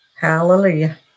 hallelujah